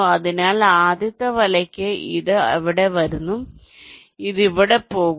അതിനാൽ ആദ്യത്തെ വലയ്ക്ക് അത് ഇവിടെ നിന്ന് വരുന്നു അത് ഇവിടെ പോകുന്നു